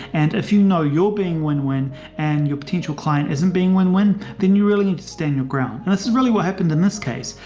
and if you know you're being win win and your potential client isn't being win win, then you really need to stand your ground. and this is really what happened in this case.